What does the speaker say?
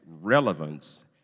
relevance